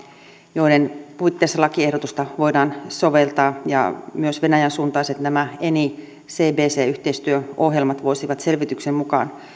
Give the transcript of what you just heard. joiden puitteissa lakiehdotusta voidaan soveltaa ja myös nämä venäjän suuntaiset eni cbc yhteistyöohjelmat voisivat selvityksen mukaan